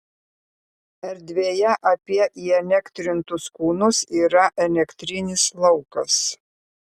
erdvėje apie įelektrintus kūnus yra elektrinis laukas